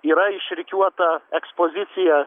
yra išrikiuota ekspozicija